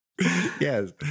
yes